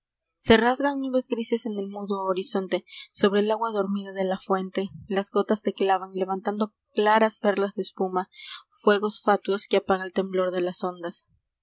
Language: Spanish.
le rasgan nubes grises en el mudo horizonte re el agua dormida de la fuente las gotas e clavan levantando claras perlas de espuma üegos fatuos que apaga el temblor de las ondas